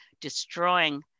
destroying